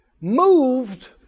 Moved